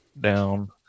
down